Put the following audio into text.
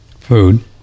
food